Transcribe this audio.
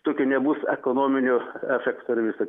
tokio nebus ekonominio efekto ir visa